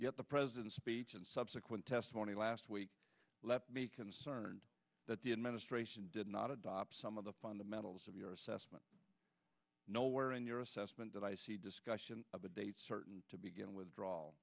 yet the president's speech and subsequent testimony last week left me concerned that the administration did not adopt some of the fundamentals of your assessment nowhere in your assessment that i see discussion of a date certain to begin withdraw